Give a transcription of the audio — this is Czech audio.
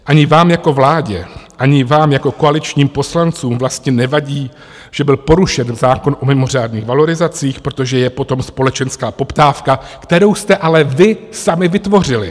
Ani vám jako vládě, ani vám jako koaličním poslancům vlastně nevadí, že byl porušen zákon o mimořádných valorizacích, protože je po tom společenská poptávka, kterou jste ale vy sami vytvořili.